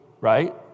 right